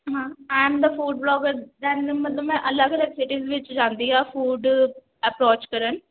ਹਾਂ I am the food blogger then ਮਤਲਬ ਮੈਂ ਅਲੱਗ ਅਲੱਗ ਸਿਟੀਜ਼ ਵਿੱਚ ਜਾਂਦੀ ਹਾਂ ਫੂਡ ਅਪਰੋਚ ਕਰਨ